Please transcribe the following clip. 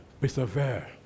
persevere